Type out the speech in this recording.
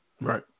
Right